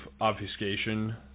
obfuscation